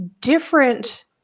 different